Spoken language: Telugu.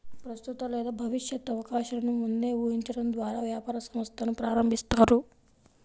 ప్రస్తుత లేదా భవిష్యత్తు అవకాశాలను ముందే ఊహించడం ద్వారా వ్యాపార సంస్థను ప్రారంభిస్తారు